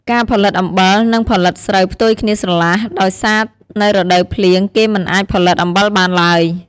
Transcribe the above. ការផលិតអំបិលនិងផលិតស្រូវផ្ទុយគ្នាស្រឡះដោយសារនៅរដូវភ្លៀងគេមិនអាចផលិតអំបិលបានឡើយ ។